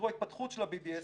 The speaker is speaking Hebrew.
ההתפתחות של ה-BDS,